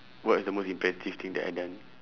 what is the most impressive thing that I done